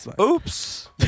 oops